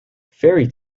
fairy